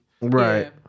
Right